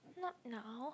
not now